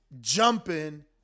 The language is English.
jumping